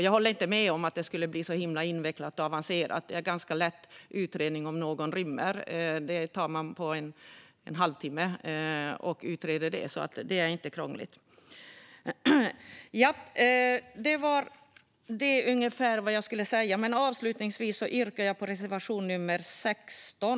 Jag håller inte med om att det skulle bli så himla invecklat och avancerat. Det är en ganska lätt utredning om någon rymmer. Det gör man på en halvtimme, så det är inte krångligt. Det var ungefär vad jag skulle säga. Avslutningsvis yrkar jag bifall till reservation nummer 16.